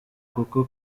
kuko